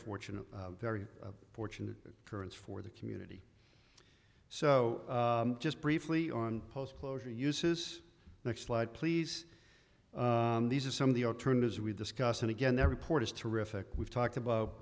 fortunate very fortunate current for the community so just briefly on post closure uses next slide please these are some of the alternatives we discussed and again that report is terrific we've talked about